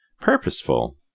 Purposeful